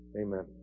Amen